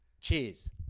Cheers